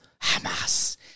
Hamas